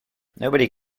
nobody